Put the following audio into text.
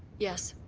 yes.